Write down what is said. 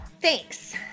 thanks